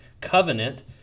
covenant